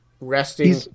resting